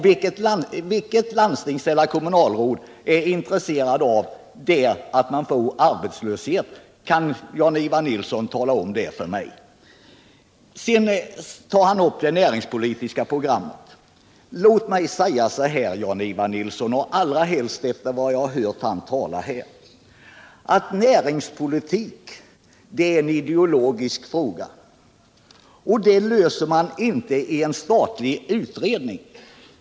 Vilket landstingsråd eller kommunalråd i den regionen är intresserad av att det blir arbetslöshet? Kan Jan-Ivan Nilsson tala om det för mig? Sedan tar Jan-Ivan Nilsson upp det näringspolitiska programmet. Låt mig säga, Jan-Ivan Nilsson — allra helst efter vad jag har hört er tala om här — att näringspolitik är en ideologisk fråga. Den löser man inte i en statlig utredning.